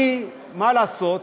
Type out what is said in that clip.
אני, מה לעשות,